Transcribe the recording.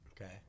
Okay